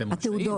אתם מוציאים.